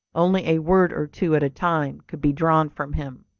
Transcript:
only a word or two at a time could be drawn from him,